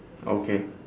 okay